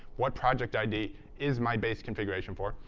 what project id is my base configuration for?